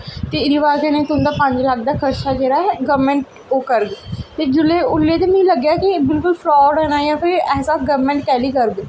ते एह्दी ब'जा कन्नै तुं'दा पंज लक्ख दा खर्चा जेह्ड़ा ऐ गौरमैंट ओह् करग ते जुल्लै उसलै ते मिगी लग्गेआ कि बिलकुल फ्राड होना ऐ ऐसा गौरमैंट कैह्ल्ली करग